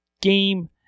game